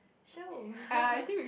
show